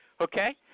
Okay